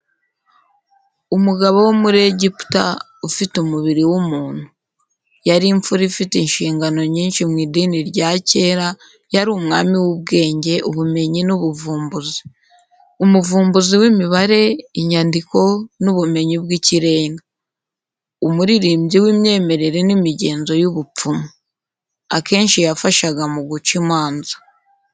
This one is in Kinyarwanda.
Umugabo wo muri Egiputa ufite umubiri w’umuntu. Yari imfura ifite inshingano nyinshi mu idini rya kera yari umwami w’ubwenge, ubumenyi, n’ubuvumbuzi. Umuvumbuzi w’imibare, inyandiko, n’ubumenyi bw’ikirenga. Umuririmbyi w’imyemerere n’imigenzo y’ubupfumu. Akenshi yafashaga mu guca imanza.